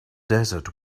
desert